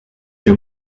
your